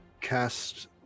cast